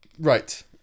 right